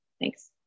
thanks